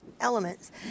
elements